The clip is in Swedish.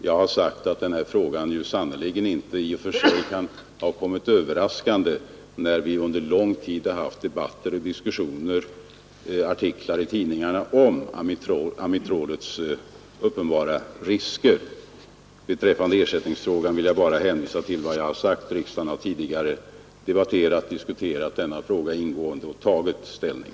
Som jag sagt har denna fråga sannerligen inte kommit överraskande, eftersom vi under en lång tid har fört debatter och diskussioner och läst artiklar i tidningarna om de uppenbara riskerna med amitrolpreparat. Beträffande ersättningsfrågan hänvisar jag bara till vad jag sagt tidigare, att riksdagen har diskuterat denna fråga ingående och då tagit ställning.